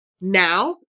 now